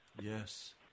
Yes